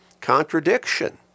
contradiction